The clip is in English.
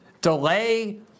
delay